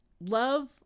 love